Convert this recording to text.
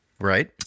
Right